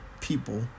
people